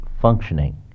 functioning